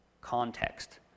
context